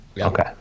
Okay